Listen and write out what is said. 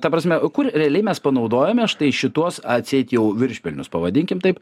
ta prasme kur realiai mes panaudojome štai šituos atseit jau viršpelnius pavadinkim taip